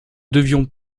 devions